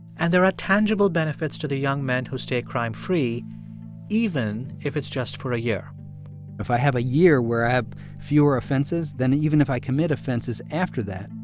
and there are tangible benefits to the young men who stay crime-free even if it's just for a year if i have a year where i have fewer offenses than even if i commit offenses after that,